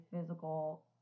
physical